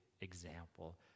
example